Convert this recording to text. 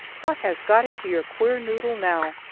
what has got into your queer noddle now?